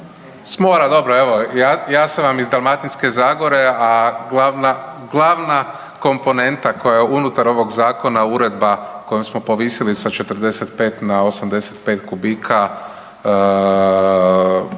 mora dobro evo, ja sam vam iz Dalmatinske zagore, a glavna, glavna komponenta koja je unutar ovog zakona, uredba kojom smo povisili sa 45 na 85 kubika